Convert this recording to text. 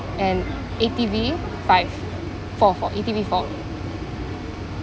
and A_T_V five four four A_T_V four